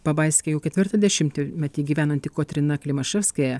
pabaiske jau ketvirtą dešimt metį gyvenanti kotryna klimaševskaja